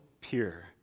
pure